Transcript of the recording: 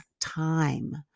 time